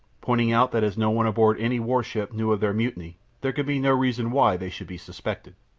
pointing out that as no one aboard any warship knew of their mutiny there could be no reason why they should be suspected.